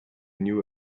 knew